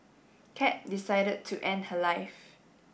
cat decided to end her life